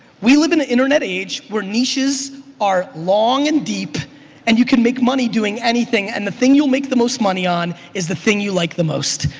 we live in an internet age where niche are long and deep and you can make money doing anything and the thing you'll make the most money on is the thing you like the most.